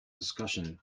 discussion